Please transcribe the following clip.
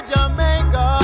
Jamaica